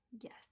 yes